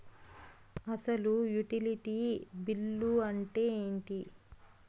అసలు utility bill అంతే ఎంటి?